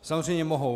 Samozřejmě mohou.